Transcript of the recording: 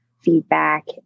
feedback